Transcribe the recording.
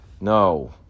No